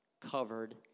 covered